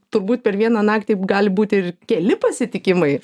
turbūt per vieną naktį gali būt ir keli pasitikimai